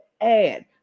add